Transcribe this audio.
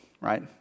right